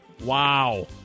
Wow